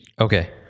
Okay